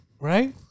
Right